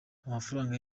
amafaranga